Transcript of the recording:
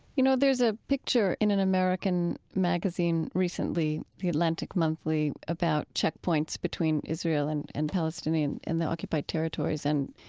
you know, there's a picture in an american magazine recently, the atlantic monthly, about checkpoints between israel and and palestinians in the occupied territories, and